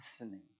listening